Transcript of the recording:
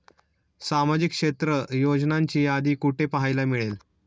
सामाजिक क्षेत्र योजनांची यादी कुठे पाहायला मिळेल?